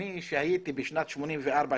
אני שהייתי בשנת 84',